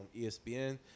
ESPN